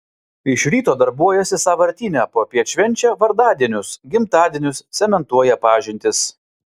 iš ryto darbuojasi sąvartyne popiet švenčia vardadienius gimtadienius cementuoja pažintis